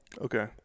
Okay